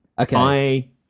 Okay